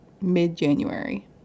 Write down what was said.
mid-January